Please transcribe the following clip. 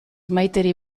maiteri